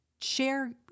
share